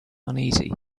uneasy